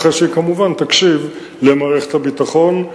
אחרי שהיא כמובן תקשיב למערכת הביטחון.